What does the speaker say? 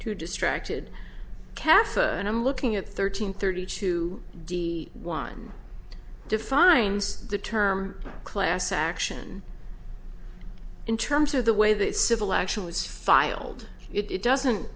too distracted cafe and i'm looking at thirteen thirty two de wine defines the term class action in terms of the way that civil action was filed it doesn't